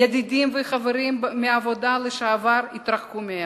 ידידים וחברים בעבודה לשעבר התרחקו מהם,